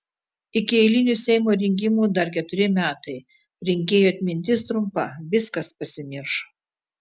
iki eilinių seimo rinkimų dar keturi metai rinkėjų atmintis trumpa viskas pasimirš